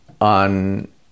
on